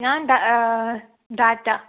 ഞാൻ ഡാറ്റ